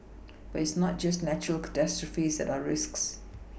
but it's not just natural catastrophes that are risks